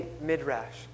Midrash